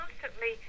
constantly